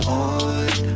on